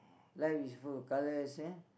life is full of colours ya